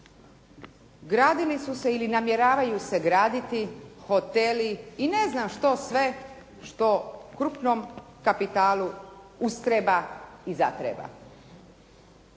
gradili su se ili namjeravaju se graditi hoteli i ne znam što sve što krupnom kapitalu ustreba i zatreba.